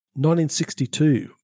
1962